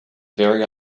very